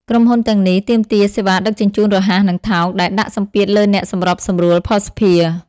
ក្រុមហ៊ុនទាំងនេះទាមទារសេវាដឹកជញ្ជូនរហ័ស និងថោក ដែលដាក់សម្ពាធលើអ្នកសម្របសម្រួលភស្តុភារ។